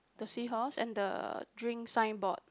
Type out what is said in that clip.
the seahorse and the drink signboard